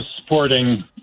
supporting